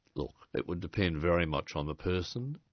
look, it would depend very much on the person.